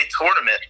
tournament